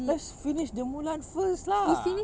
let's finish the mulan first lah